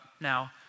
now